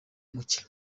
muke